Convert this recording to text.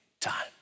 time